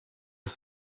est